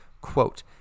quote